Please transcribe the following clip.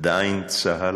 עדיין צה"ל